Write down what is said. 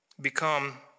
become